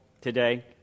today